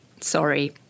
Sorry